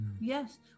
Yes